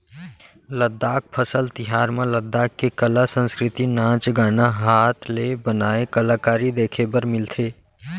लद्दाख फसल तिहार म लद्दाख के कला, संस्कृति, नाच गाना, हात ले बनाए कलाकारी देखे बर मिलथे